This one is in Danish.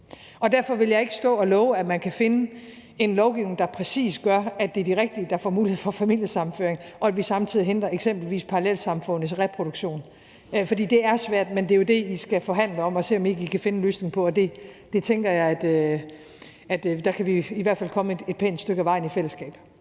Derfor vil jeg ikke stå og love, at man kan finde en lovgivning, der præcis gør, at det er de rigtige, der får mulighed for familiesammenføring, og at vi samtidig hindrer eksempelvis parallelsamfundets reproduktion. For det er svært, men det er jo det, I skal forhandle om og se om ikke I kan finde en løsning på. Og der tænker jeg jo, at vi i hvert fald kan komme et pænt stykke af vejen i fællesskab.